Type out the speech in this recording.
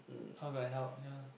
how you gonna help ya